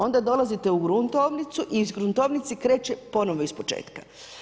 Onda dolazite u gruntovnicu i iz gruntovnice kreće ponovno iz početka.